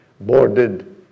boarded